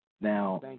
Now